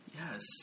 Yes